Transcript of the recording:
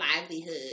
livelihood